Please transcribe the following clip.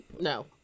No